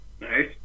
Nice